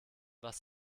was